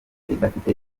idafite